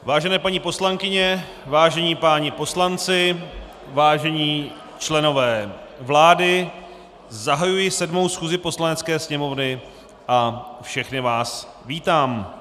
Vážené paní poslankyně, vážení páni poslanci, vážení členové vlády, zahajuji 7. schůzi Poslanecké sněmovny a všechny vás vítám.